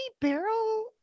barrel